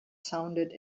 sounded